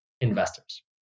investors